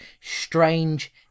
strange